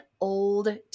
old